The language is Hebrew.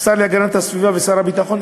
השר להגנת הסביבה ושר הביטחון,